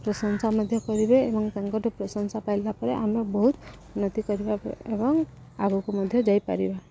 ପ୍ରଶଂସା ମଧ୍ୟ କରିବେ ଏବଂ ତାଙ୍କ ଠୁ ପ୍ରଶଂସା ପାଇଲା ପରେ ଆମେ ବହୁତ ଉନ୍ନତି କରିବା ଏବଂ ଆଗକୁ ମଧ୍ୟ ଯାଇପାରିବା